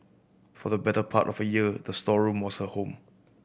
for the better part of a year the storeroom was her home